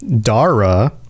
Dara